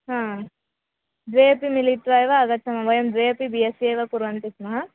हा द्वेपि मिलित्वा एव आगच्चामः वयं द्वे अपि बि एस् सि कुर्वन्ति स्मः